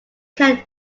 can